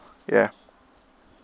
yeah